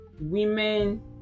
women